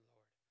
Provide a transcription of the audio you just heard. Lord